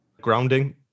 Grounding